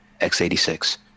x86